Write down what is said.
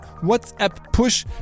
WhatsApp-Push